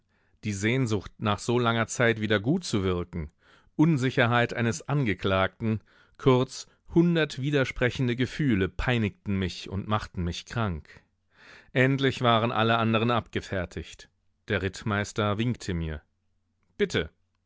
die sehnsucht nach so langer zeit wieder gut zu wirken unsicherheit eines angeklagten kurz hundert widersprechende gefühle peinigten mich und machten mich krank endlich waren alle anderen abgefertigt der rittmeister winkte mir bitte